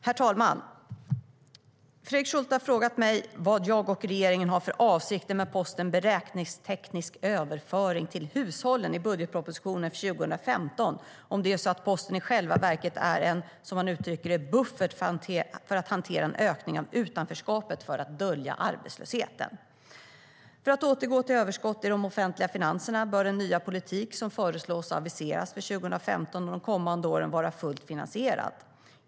Herr talman! Fredrik Schulte har frågat mig vad jag och regeringen har för avsikter med posten "beräkningsteknisk överföring till hushållen" i budgetpropositionen för 2015 och om det är så att posten i själva verket är en, som han uttrycker det, buffert för att hantera en ökning av utanförskapet för att dölja arbetslösheten. För att återgå till överskott i de offentliga finanserna bör den nya politik som föreslås och aviseras för 2015 och för de kommande åren vara fullt finansierad.